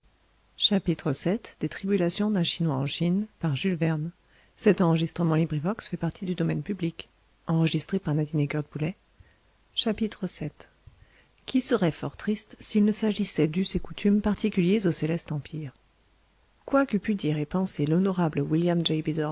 millionnaire vii qui serait fort triste s'il ne s'agissait d'us et coutumes particuliers au céleste empire quoi qu'eût pu dire et penser l'honorable william